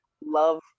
love